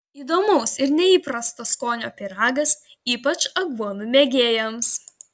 įdomaus ir neįprasto skonio pyragas ypač aguonų mėgėjams